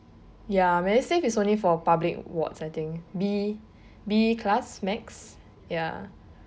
ya medisave is only for public wards I think B B class max ya